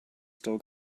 still